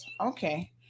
Okay